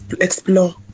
explore